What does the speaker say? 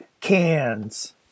Cans